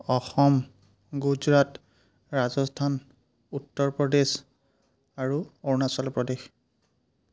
অসম গুজৰাট ৰাজস্থান উত্তৰ প্ৰদেশ আৰু অৰুণাচল প্ৰদেশ